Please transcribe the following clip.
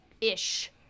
Ish